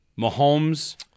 Mahomes